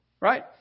right